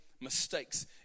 mistakes